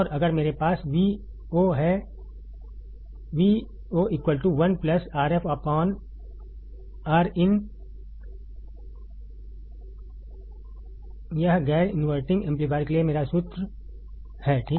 और अगर मेरे पास Vo और है Vo 1 Rf Rin Vमें यह गैर इनवर्टिंग एम्पलीफायर के लिए मेरा सूत्र है